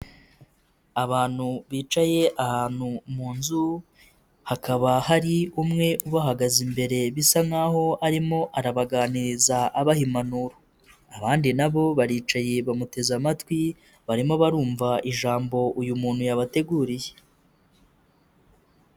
Abantu bicaye ahantu mu nzu, hakaba hari umwe bahagaze imbere bisa nkaho arimo arabaganiriza abaha impanuro. Abandi nabo baricaye bamuteze amatwi, barimo barumva ijambo uyu muntu yabateguriye.